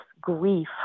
grief